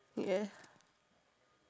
yeah